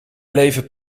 leven